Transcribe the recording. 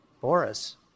Boris